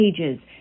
ages